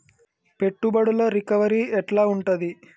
పెట్టుబడుల రికవరీ ఎట్ల ఉంటది?